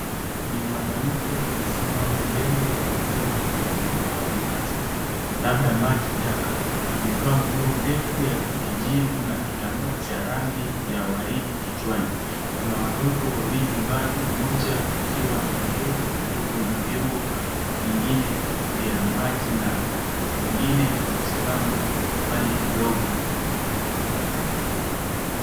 Ni mwanamke amesimama mbele ya vyombo vya kuhifadhi maji, labda maji taka. Amevaa nguo ndefu ya kijivu na kitambaa cha rangi ya waridi kichwani. Kuna watoto wawili mbali, mmoja akiwa ameketi karibu na vyombo vingine vya maji na mwingine amesimama mbali kidogo.